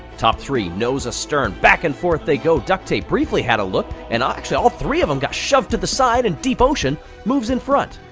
top three, nose astern, back and forth they go, ducktape briefly had a look and actually all three of them got shoved to the side, and deep ocean moves in front.